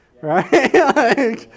Right